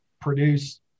produce